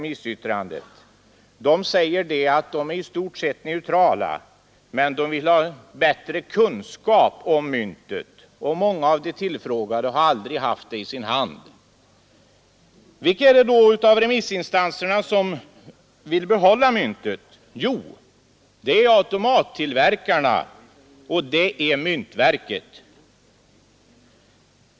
Där säger man att man är i stort sett neutral men vill ha bättre kunskap om myntet. Många av de tillfrågade har nämligen aldrig haft det i sin hand. Vilka av remissinstanserna är det då som vill behålla myntet? Jo, det är automattillverkarna och myntverket.